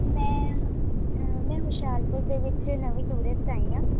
ਮੈਂ ਮੈਂ ਹੁਸ਼ਿਆਰਪੁਰ ਦੇ ਵਿੱਚ ਨਵੀਂ ਟੂਰਿਸਟ ਆਈ ਆਂ